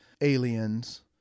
aliens